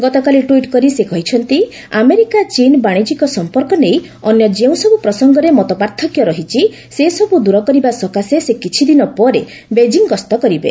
ଗତକାଲି ଟ୍ୱିଟ୍ କରି ସେ କହିଛନ୍ତି ଆମେରିକା ଚୀନ୍ ବାଣିଜ୍ୟିକ ସଂପର୍କ ନେଇ ଅନ୍ୟ ଯେଉଁସବୁ ପ୍ରସଙ୍ଗରେ ମତପାର୍ଥକ୍ୟ ରହିଛି ସେସବୁ ଦୂରକରିବା ସକାଶେ ସେ କିଛିଦିନ ପରେ ବେଜିଂ ଗସ୍ତ କରିବେ